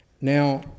Now